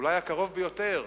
אולי הקרוב ביותר,